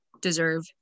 deserve